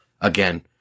again